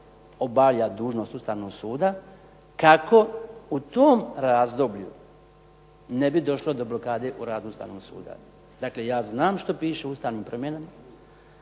obavlja dužnost Ustavnog suda kako u tom razdoblju ne bi došlo do blokade u radu Ustavnog suda. Dakle, ja znam što piše u ustavnim promjenama,